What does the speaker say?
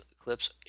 clips